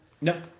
No